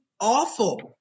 awful